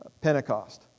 Pentecost